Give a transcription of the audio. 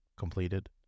completed